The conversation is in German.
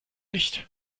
nicht